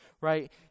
right